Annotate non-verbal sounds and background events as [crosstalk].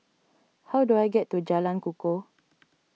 how do I get to Jalan Kukoh [noise]